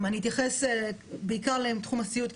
אני אתייחס בעיקר לתחום הסיעוד,